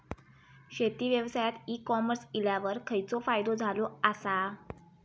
शेती व्यवसायात e commerce इल्यावर खयचो फायदो झालो आसा?